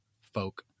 folk